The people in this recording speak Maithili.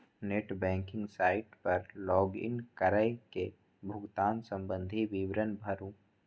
नेट बैंकिंग साइट पर लॉग इन कैर के भुगतान संबंधी विवरण भरू